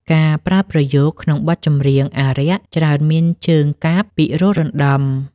ការប្រើប្រយោគក្នុងបទចម្រៀងអារក្ស ច្រើនមានជើងកាព្យពីរោះរណ្ដំ។